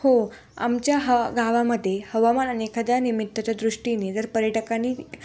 हो आमच्या हा गावामध्ये हवामान आणि एखाद्या निमित्ताच्या दृष्टीने जर पर्यटकांनी